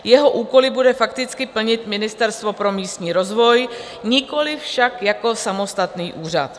Jeho úkoly bude fakticky plnit Ministerstvo pro místní rozvoj, nikoliv však jako samostatný úřad.